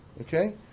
Okay